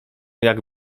jak